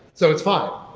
so it's fine.